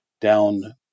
down